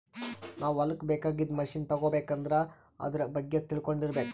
ನಾವ್ ಹೊಲಕ್ಕ್ ಬೇಕಾಗಿದ್ದ್ ಮಷಿನ್ ತಗೋಬೇಕ್ ಅಂದ್ರ ಆದ್ರ ಬಗ್ಗೆ ತಿಳ್ಕೊಂಡಿರ್ಬೇಕ್